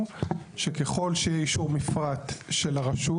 עיקרי הבקשה לאישור בהליך מהיר,